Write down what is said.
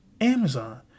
Amazon